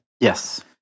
Yes